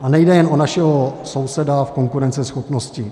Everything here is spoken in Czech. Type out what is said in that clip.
A nejde jen o našeho souseda v konkurenceschopnosti.